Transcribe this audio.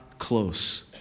close